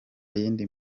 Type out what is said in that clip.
yindi